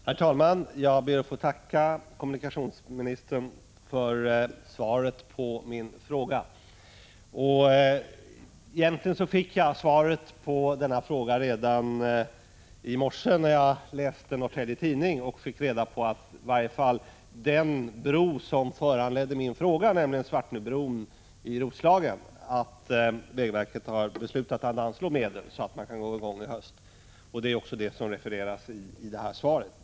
Herr talman! Jag ber att få tacka kommunikationsministern för svaret på min fråga. Egentligen fick jag svaret på denna fråga redan i morse när jag läste Norrtälje Tidning. Där framgår att vägverket har beslutat att anslå 103 Prot. 1985/86:143 medel så att man i höst kan påbörja byggandet av en ny bro som skall ersätta Svartnöbron, vilket föranledde min fråga. Detta refereras i svaret.